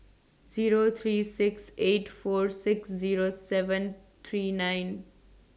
Zero three six eight four six Zero seven three nine